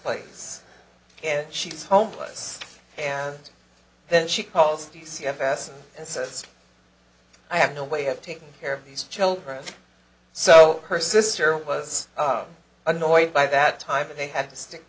place and she's homeless and then she calls the c f s and says i have no way of taking care of these children so her sister was annoyed by that time and they had to stick